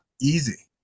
easy